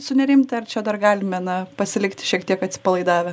sunerimti ar čia dar galime na pasilikti šiek tiek atsipalaidavę